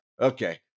okay